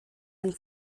and